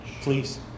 Please